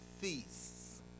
feasts